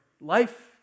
Life